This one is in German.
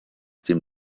dem